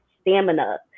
stamina